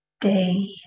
day